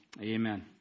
Amen